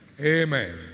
Amen